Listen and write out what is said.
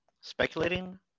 Speculating